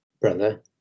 brother